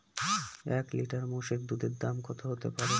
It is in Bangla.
এক লিটার মোষের দুধের দাম কত হতেপারে?